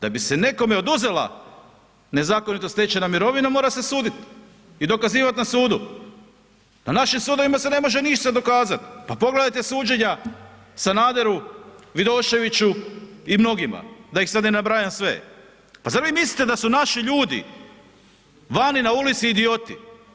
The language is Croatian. Da bi se nekome oduzela nezakonito stečena mirovina, mora se sudit i dokazivat na sudu, na našim sudovima se ne može ništa dokazat, pa pogledajte suđenja Sanaderu, Vidoševiću i mnogima da ih sad ne nabrajam sve, pa zar vi mislite da su naši ljudi vani na ulici idioti?